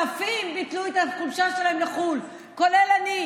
אלפים ביטלו את החופשה שלהם לחו"ל, כולל אני,